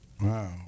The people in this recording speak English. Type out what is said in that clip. wow